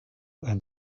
and